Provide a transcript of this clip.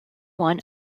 won